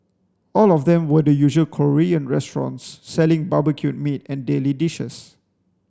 all of them were the usual Korean restaurants selling barbecued meat and daily dishes